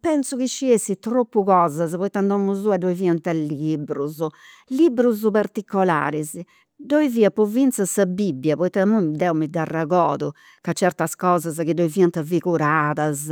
Pentzu chi sciessi tropus cosas, poita in domu sua ddoi fiant liburus, liburus particolaris, ddoi fiat po finzas sa bibbia poita imui deu mi dd'arregordu, ca certas cosas chi nci fiant figuradas